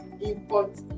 import